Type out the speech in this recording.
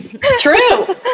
True